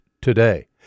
today